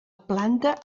planta